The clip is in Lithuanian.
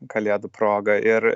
kalėdų proga ir